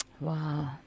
Wow